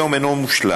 היום אינו מושלם,